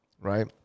right